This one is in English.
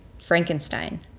Frankenstein